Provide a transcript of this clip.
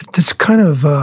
it's kind of